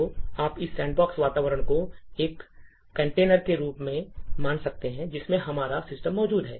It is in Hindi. तो आप इस सैंडबॉक्स वातावरण को एक कंटेनर के रूप में मान सकते हैं जिसमें हमारा सिस्टम मौजूद है